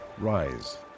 Rise